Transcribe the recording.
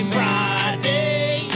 Friday